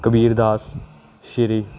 Kabir Das Shri